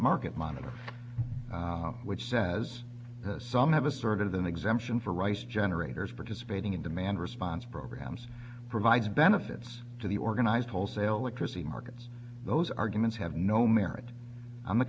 market monitor which says some have asserted an exemption for rice generators participating in demand response programs provides benefits to the organized wholesale electricity markets those arguments have no merit on the